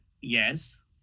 yes